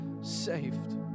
saved